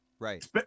Right